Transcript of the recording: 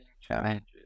challenges